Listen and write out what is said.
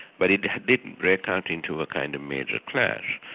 but it didn't break out into a kind of major clash.